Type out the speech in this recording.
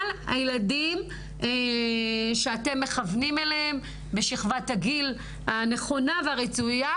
הילדים שאתם מכוונים אליהם בשכבת הגיל הנכונה והרצויה,